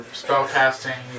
spellcasting